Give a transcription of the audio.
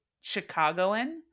Chicagoan